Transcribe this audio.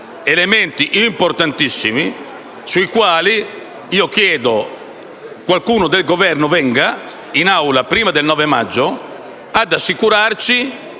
elementi importantissimi. Io chiedo quindi che qualcuno del Governo venga in Aula prima del 9 maggio ad assicurarci